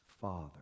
father